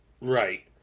Right